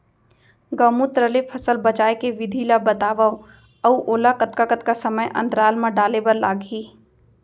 गौमूत्र ले फसल बचाए के विधि ला बतावव अऊ ओला कतका कतका समय अंतराल मा डाले बर लागही?